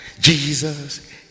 Jesus